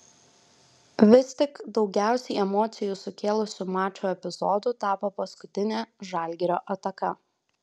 vis tik daugiausiai emocijų sukėlusiu mačo epizodu tapo paskutinė žalgirio ataka